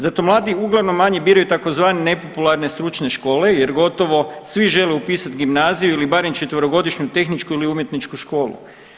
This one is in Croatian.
Zato mladi uglavnom manje biraju tzv. nepopularne stručne škole jer gotovo svi žele upisat gimnaziju ili barem 4-godišnju tehničku ili umjetničku školu.